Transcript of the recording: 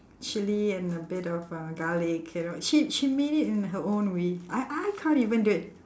chilli and a bit of uh garlic you know she she made it in her own way I I can't even do it